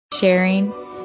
sharing